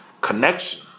connection